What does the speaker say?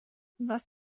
was